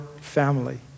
family